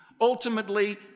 Ultimately